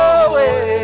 away